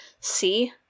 see